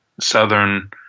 southern